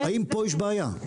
האם פה יש בעיה?